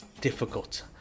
difficult